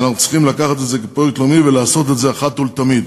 ואנחנו צריכים לקחת את זה כפרויקט לאומי ולעשות את זה אחת ולתמיד.